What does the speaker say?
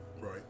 Right